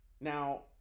Now